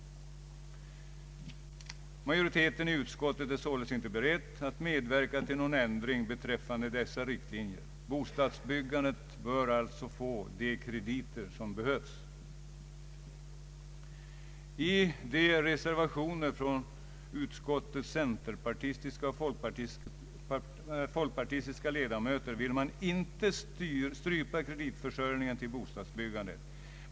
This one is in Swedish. Majoriteten i utskottet är således inte beredd att medverka till någon ändring beträffande dessa riktlinjer. Bostadsbyggandet bör alltså få de krediter som behövs. I reservationen från utskottets centerpartistiska och folkpartistiska ledamöter vill man inte strypa kreditförsörjningen till bostadsbyggandet.